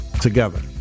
together